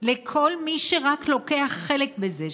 לכל מי שרק לוקח חלק בזה,